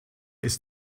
ist